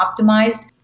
optimized